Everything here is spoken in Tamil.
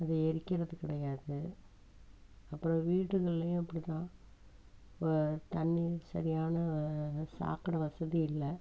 அதை எரிக்கிறது கிடையாது அப்புறம் வீடுகள்லையும் அப்படி தான் தண்ணியும் சரியான சாக்கடை வசதி இல்லை